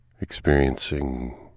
experiencing